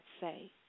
say